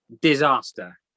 Disaster